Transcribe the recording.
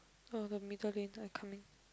oh the middle lane I am coming